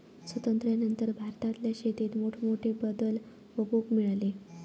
स्वातंत्र्यानंतर भारतातल्या शेतीत मोठमोठे बदल बघूक मिळाले